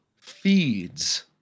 feeds